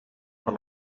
per